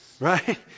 Right